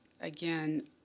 again